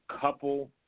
couple –